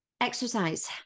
Exercise